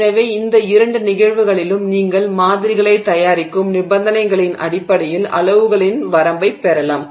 எனவே இந்த இரண்டு நிகழ்வுகளிலும் நீங்கள் மாதிரிகளைத் தயாரிக்கும் நிபந்தனைகளின் வரைமுறைகளின் அடிப்படையில் அளவுகளின் வரம்பைப் பெறலாம்